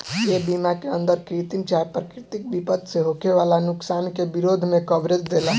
ए बीमा के अंदर कृत्रिम चाहे प्राकृतिक विपद से होखे वाला नुकसान के विरोध में कवरेज देला